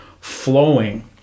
flowing